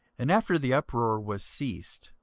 and after the uproar was ceased,